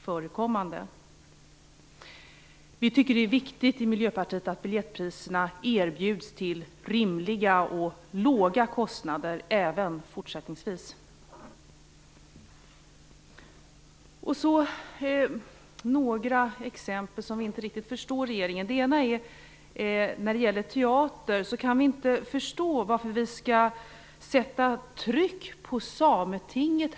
Vi i Miljöpartiet tycker att det är viktigt att biljetter erbjuds till rimliga och låga kostnader även fortsättningsvis. Så vill jag ta upp några punkter i regeringens förslag som vi inte riktigt förstår. Vi kan t.ex. inte förstå varför vi här från riksdagen skall sätta tryck på Sametinget.